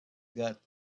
got